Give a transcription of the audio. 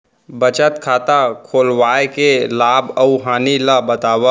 बचत खाता खोलवाय के लाभ अऊ हानि ला बतावव?